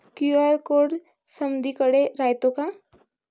QR code समदीकडे रायतो का?